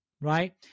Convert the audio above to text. right